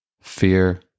fear